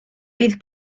bydd